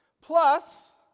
plus